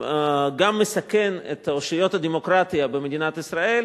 גם מסכן את אושיות הדמוקרטיה במדינת ישראל